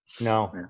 No